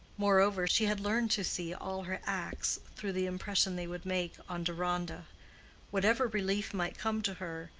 moreover, she had learned to see all her acts through the impression they would make on deronda whatever relief might come to her,